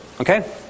okay